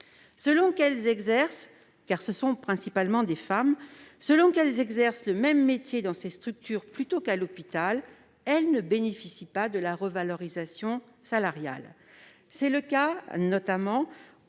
Selon qu'elles exercent- en effet, ce sont principalement des femmes -leur métier dans ces structures plutôt qu'à l'hôpital, elles ne bénéficient pas de la revalorisation salariale. C'est le cas notamment